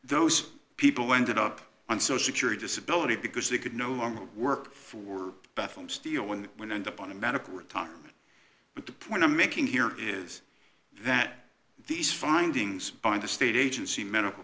those people ended up on so security disability because they could no longer work for buffalo steel when they went up on a medical retirement but the point i'm making here is that these findings by the state agency medical